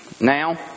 now